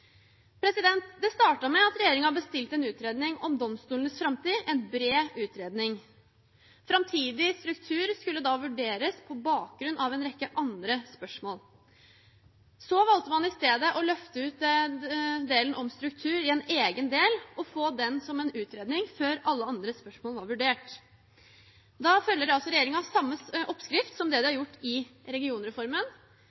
Det startet med at regjeringen bestilte en utredning om domstolenes framtid – en bred utredning. Framtidig struktur skulle da vurderes på bakgrunn av en rekke andre spørsmål. Så valgte man i stedet å løfte ut struktur i en egen del og få den som en utredning før alle andre spørsmål var vurdert. Da følger regjeringen altså samme oppskrift som